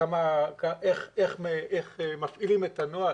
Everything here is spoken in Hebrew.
איך מפעילים את הנוהל,